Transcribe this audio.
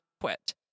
quit